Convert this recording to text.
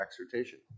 exhortation